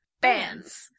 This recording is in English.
bands